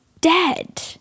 dead